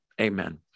Amen